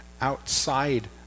outside